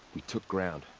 we took ground.